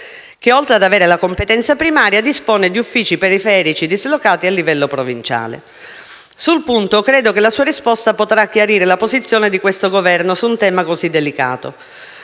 che, oltre ad avere la competenza primaria, dispone di uffici periferici dislocati a livello provinciale. Sul punto, credo che la sua risposta potrà chiarire la posizione di questo Governo su un tema così delicato.